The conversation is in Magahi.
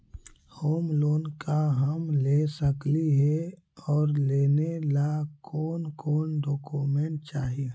होम लोन का हम ले सकली हे, और लेने ला कोन कोन डोकोमेंट चाही?